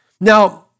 Now